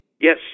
Yes